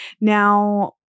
Now